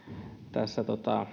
tässä